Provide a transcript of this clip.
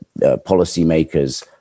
policymakers